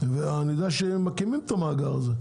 אני יודע שמקימים את המאגר הזה.